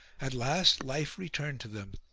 at last life returned to them